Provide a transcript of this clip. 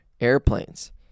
airplanes